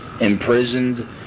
imprisoned